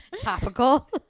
Topical